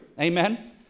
Amen